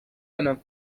enough